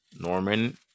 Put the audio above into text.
Norman